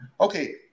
Okay